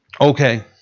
Okay